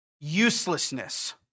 uselessness